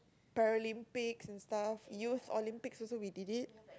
paralympics and stuff Youth Olympics also we did it